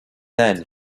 then